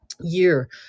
year